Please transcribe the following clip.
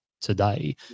today